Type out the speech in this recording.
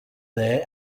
there